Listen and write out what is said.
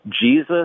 Jesus